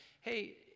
hey